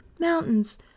mountains